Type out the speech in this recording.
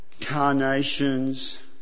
carnations